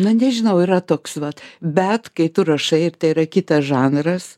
na nežinau yra toks vat bet kai tu rašai tai yra kitas žanras